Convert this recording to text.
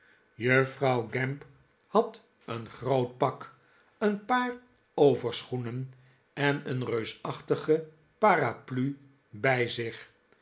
juffrouw gamp had een groot pak een paar overschoenen en een reusachtige paraplu bij zich